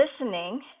Listening